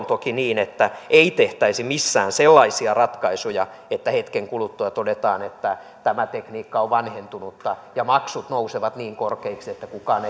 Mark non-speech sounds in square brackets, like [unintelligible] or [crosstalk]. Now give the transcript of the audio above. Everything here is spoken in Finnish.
[unintelligible] toki niin että ei tehtäisi missään sellaisia ratkaisuja että hetken kuluttua todetaan että tämä tekniikka on vanhentunutta ja maksut nousevat niin korkeiksi että kukaan [unintelligible]